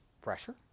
pressure